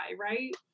right